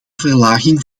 verlaging